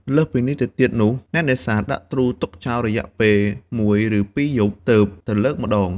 លើសពីនេះទៅទៀតនោះ អ្នកនេសាទដាក់ទ្រូទុកចោលរយៈពេលមួយឬពីរយប់ ទើបទៅលើកម្ដង។